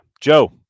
Joe